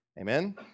amen